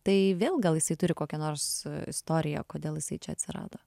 tai vėl gal jisai turi kokią nors istoriją kodėl jisai čia atsirado